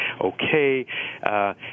okay